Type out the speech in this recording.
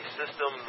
system